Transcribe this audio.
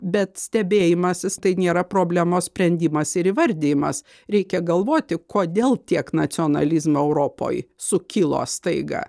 bet stebėjimasis tai nėra problemos sprendimas ir įvardijimas reikia galvoti kodėl tiek nacionalizmo europoj sukilo staiga